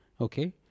okay